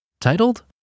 titled